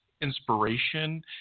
inspiration